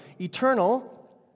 Eternal